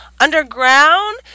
underground